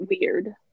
weird